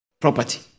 property